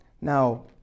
Now